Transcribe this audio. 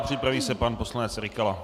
Připraví se pan poslanec Rykala.